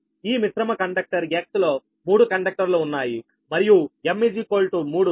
ఈ మిశ్రమ conductor X లో మూడు కండక్టర్లు ఉన్నాయి మరియు m3